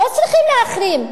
לא צריכים להחרים,